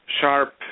sharp